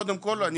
קודם כל,